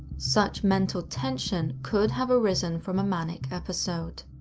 such mental tension could have arisen from a manic episode.